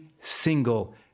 single